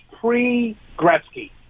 pre-Gretzky